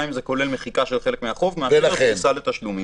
גם אם זה כולל מחיקה של חלק מהחוב מאשר פריסה לתשלומים.